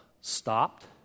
stopped